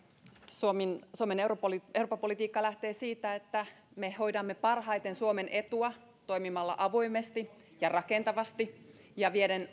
suomen suomen eurooppa politiikka lähtee siitä että me hoidamme suomen etua parhaiten toimimalla avoimesti ja rakentavasti ja vieden